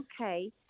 okay